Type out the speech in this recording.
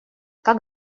как